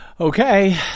Okay